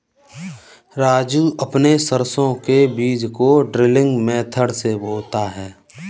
राजू अपने सरसों के बीज को ड्रिलिंग मेथड से बोता है